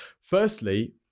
Firstly